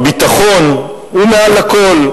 הביטחון הוא מעל לכול,